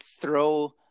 throw